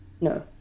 No